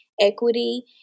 equity